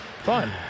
fun